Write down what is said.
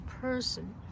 person